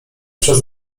przez